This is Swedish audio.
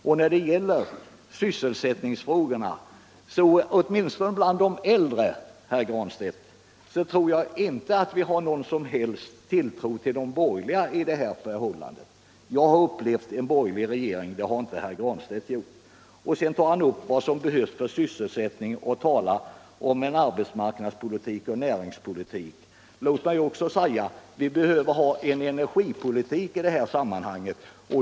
Och när det gäller sysselsättningsfrågorna tror jag, herr Granstedt, att man åtminstone bland de äldre inte har någon som helst tilltro till de borgerliga. Jag har upplevt en borgerlig regering — det har inte herr Granstedt gjort. Herr Granstedt tar upp frågan om vad som behövs för sysselsättningen och talar om arbetsmarknadspolitik och näringspolitik. Låt mig också säga: Vi behöver ha en energipolitik i det här sammanhanget.